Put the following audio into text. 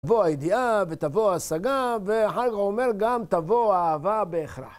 תבוא הידיעה ותבוא ההשגה, ואחר כך אומר גם תבוא האהבה בהכרח.